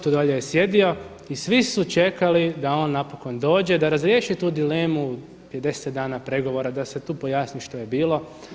Tu dolje je sjedio i svi su čekali da on napokon dođe da razriješi tu dilemu i 10 dana pregovora da se tu pojasni što je bilo.